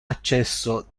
accesso